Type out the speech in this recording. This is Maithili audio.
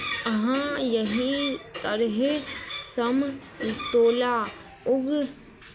अहाँ एही तरहेँ समतोला उग